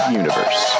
universe